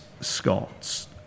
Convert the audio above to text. Scots